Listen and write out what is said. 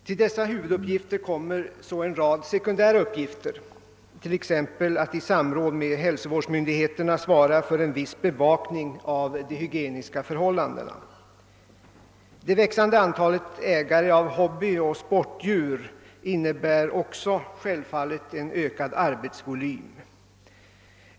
Till dessa huvuduppgifter kommer också en rad sekundära uppgifter t.ex. att i samråd med hälsovårdsmyndigheterna svara för en viss bevakning av de hygieniska förhållandena. Det växande antalet ägare av hobbyoch sportdjur medför självfallet också en ökad arbetsvolym.